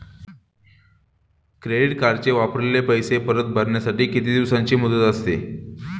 Credit कार्डचे वापरलेले पैसे परत भरण्यासाठी किती दिवसांची मुदत असते?